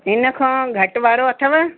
इनखां घटि वारो अथव